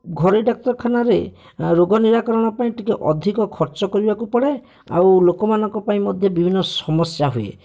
ଘରୋଇ ଡାକ୍ତରଖାନାରେ ରୋଗ ନିରାକରଣ ପାଇଁ ଟିକିଏ ଅଧିକ ଖର୍ଚ୍ଚ କରିବାକୁ ପଡ଼େ ଆଉ ଲୋକମାନଙ୍କ ପାଇଁ ମଧ୍ୟ ବିଭିନ୍ନ ସମସ୍ୟା ହୁଏ